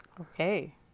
Okay